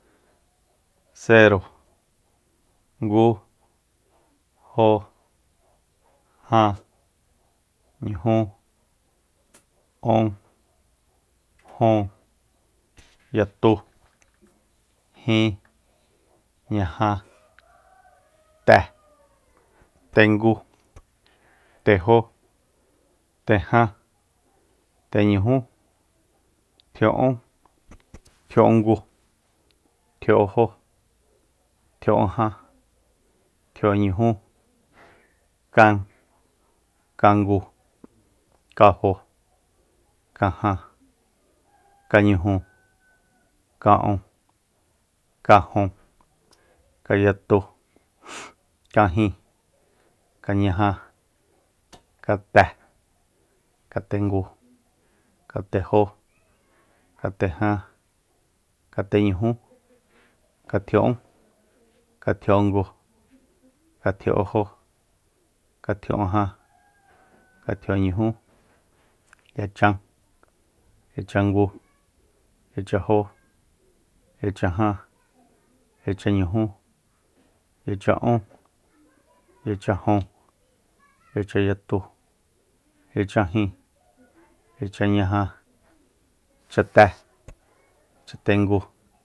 Sero ngu jo jan nujún ún jun yatú jin ña te tengu tejó teján teñujú tjia'ún tjia'úngu tjia'únjó tjia'únjan tjia'únñujú kan kangu kanjo kajan kañuju ka'ún kajun kayatu kajin kañaja kate kaatengu katejó kateján kateñujú katjia'ún katjia'úngu katjia'únjó katjia'úján katjia'únñujú yachan yachangu yachanjó yachaján yachañujú yacha'ún yachajun yachanyatu yachanjin yachanñaja ichaté ichatengu